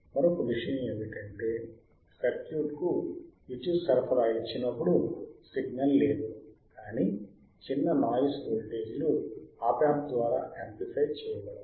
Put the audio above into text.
మరొక విషయం ఏమిటంటే సర్క్యూట్కు విద్యుత్ సరఫరా ఇచ్చినప్పుడు సిగ్నల్ లేదు కానీ చిన్న నాయిస్ వోల్టేజీలు ఆప్ యాంప్ ద్వారా యామ్ప్లిఫై చేయబడతాయి